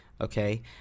Okay